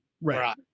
Right